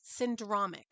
syndromic